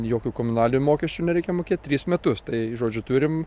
jokių komunalinių mokesčių nereikia mokėt tris metus tai žodžiu turim